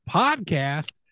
podcast